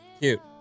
Cute